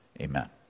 Amen